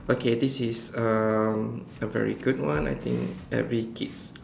okay this is um a very good one I think every kids